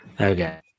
Okay